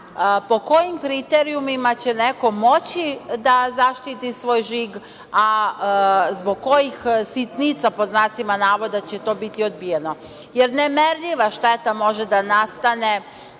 po kojim kriterijumima će neko moći da zaštiti svoj žig, a zbog kojih sitnica, pod znacima navoda, će to biti odbijeno. Nemerljiva šteta može da nastane